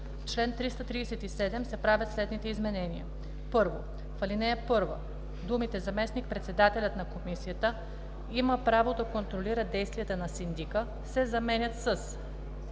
чл. 337 се правят следните изменения: 1. В ал. 1 думите „Заместник-председателят на Комисията има право да контролира действията на синдика“ се заменят с